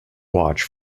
watch